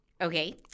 Okay